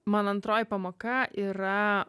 mano antroji pamoka yra